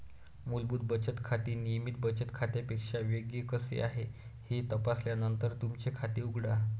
मूलभूत बचत खाते नियमित बचत खात्यापेक्षा वेगळे कसे आहे हे तपासल्यानंतरच तुमचे खाते उघडा